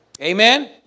Amen